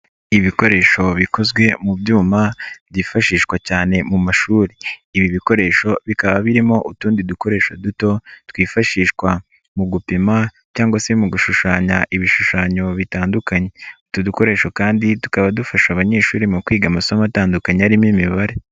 Ibikoresho bikozwe mu byuma byifashishwa cyane mu mashuri, ibi bikoresho bikaba birimo utundi dukoresho duto twifashishwa mu gupima cyangwa se mu gushushanya ibishushanyo bitandukanye, utu dukoresho kandi tukaba dufasha abanyeshuri mu kwiga amasomo atandukanye arimo Imibare.